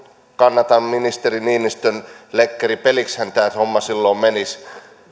kannatan ministeri niinistön sanontaa lekkeripeliksihän tämä homma silloin menisi se